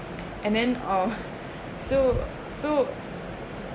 and then um so so